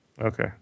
Okay